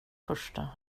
första